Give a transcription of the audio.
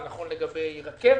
זה נכון לגבי רכבת,